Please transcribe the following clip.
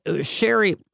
Sherry